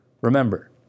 Remember